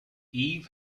eve